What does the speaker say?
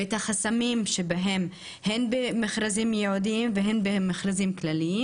ואת החסמים שבהם הן במכרזים ייעודיים והן במכרזים כלליים,